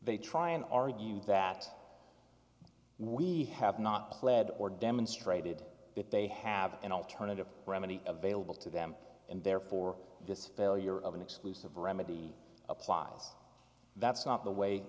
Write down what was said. they try and argue that we have not pled or demonstrated that they have an alternative remedy available to them and therefore this failure of an exclusive remedy applied that's not the way